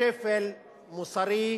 הבין-לאומי,